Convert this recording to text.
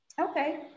Okay